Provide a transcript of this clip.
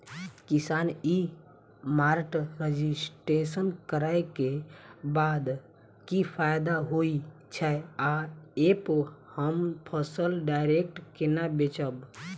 किसान e mart registration करै केँ बाद की फायदा होइ छै आ ऐप हम फसल डायरेक्ट केना बेचब?